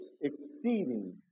exceeding